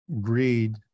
greed